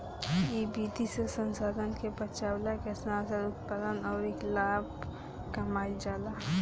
इ विधि से संसाधन के बचावला के साथ साथ उत्पादन अउरी लाभ कमाईल जाला